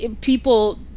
people